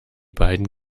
beiden